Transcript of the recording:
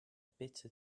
bitter